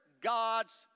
gods